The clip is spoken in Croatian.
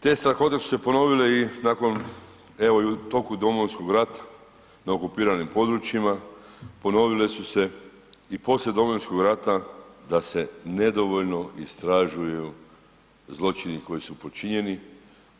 Te strahote su se ponovile i nakon evo i u toku Domovinskog rata na okupiranim područjima, ponovile su se i poslije Domovinskog rata da se ne dovoljno istražuju zločini koji su počinjeni